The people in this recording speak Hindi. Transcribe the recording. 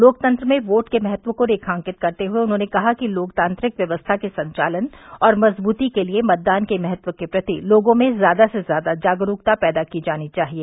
लोकतंत्र में वोट के महत्व को रेखांकित करते हुए उन्होंने कहा कि लोकतांत्रिक व्यवस्था के संचालन और मजबूती के लिए मतदान के महत्व के प्रति लोगों में ज्यादा से ज्यादा जागरूकता पैदा की जानी चाहिए